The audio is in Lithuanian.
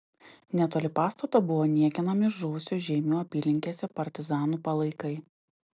netoli pastato buvo niekinami žuvusių žeimių apylinkėse partizanų palaikai